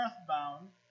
earthbound